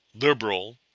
liberal